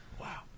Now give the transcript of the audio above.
Wow